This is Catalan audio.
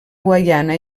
guaiana